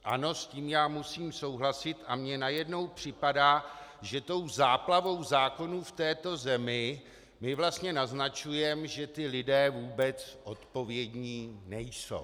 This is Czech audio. Ano, s tím já musím souhlasit a mně najednou připadá, že tou záplavou zákonů v této zemi vlastně naznačujeme, že ti lidé vůbec odpovědní nejsou.